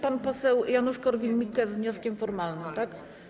Pan poseł Janusz Korwin-Mikke z wnioskiem formalnym, tak?